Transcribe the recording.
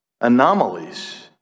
anomalies